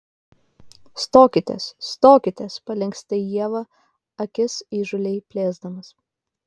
stokitės stokitės palinksta į ievą akis įžūliai plėsdamas